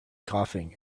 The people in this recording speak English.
coughing